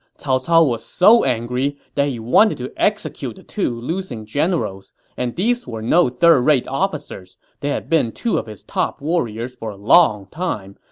cao cao was so angry that he wanted to execute the two losing generals, and these were no third-rate officers. they had been two of his top warriors for a long time,